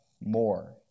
more